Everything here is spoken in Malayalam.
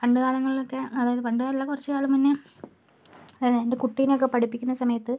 പണ്ട് കാലങ്ങളിലൊക്കെ അതായത് പണ്ട് കാലം അല്ല കുറച്ചു കാലം മുന്നേ അതായത് എൻ്റെ കുട്ടീനെ ഒക്കെ പഠിപ്പിക്കുന്ന സമയത്ത്